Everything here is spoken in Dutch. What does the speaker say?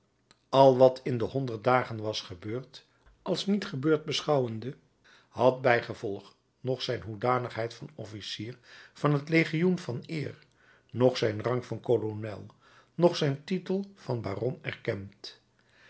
al wat in de honderd dagen was gebeurd als niet gebeurd beschouwende had bijgevolg noch zijn hoedanigheid van officier van het legioen van eer noch zijn rang van kolonel noch zijn titel van baron erkend